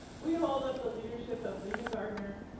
we hold up the leadership of lena gardner,